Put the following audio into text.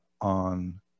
on